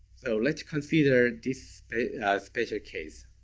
so let's consider this special case,